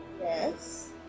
Yes